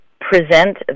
present